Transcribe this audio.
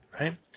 right